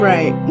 Right